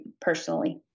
personally